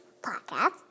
podcast